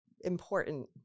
important